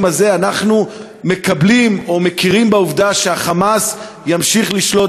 הזה אנחנו מקבלים או מכירים בעובדה שה"חמאס" ימשיך לשלוט